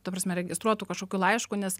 ta prasme registruotu kažkokiu laišku nes